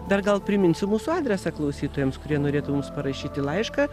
dar gal priminsiu mūsų adresą klausytojams kurie norėtų mums parašyti laišką